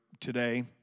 today